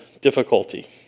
difficulty